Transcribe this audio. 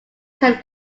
can